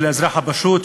של האזרח הפשוט,